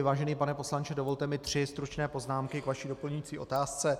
Vážený pane poslanče, dovolte mi tři stručné poznámky k vaší doplňující otázce.